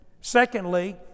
Secondly